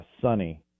sunny